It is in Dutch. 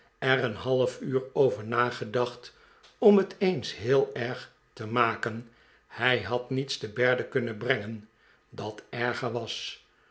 er een half uur over nagedacht om het eens heel erg te maken hij had niets te berde kunnen brengen dat erger was